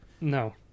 no